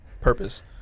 purpose